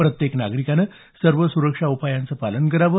प्रत्येक नागरिकाने सर्व सुरक्षा उपायांचं पालन करावं